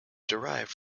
derived